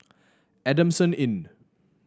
Adamson Inn